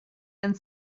and